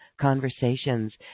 Conversations